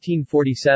1947